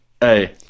Hey